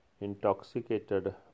intoxicated